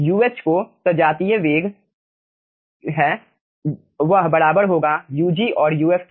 Uh जो सजातीय वेग है वह बराबर होगा Ug और Uf के